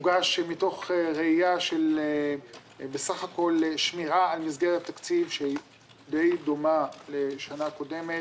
מתוך ראייה של בסך הכול שמירה על מסגרת תקציב שהיא דיי דומה לשנה קודמת,